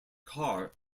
car